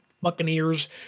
Buccaneers